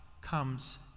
comes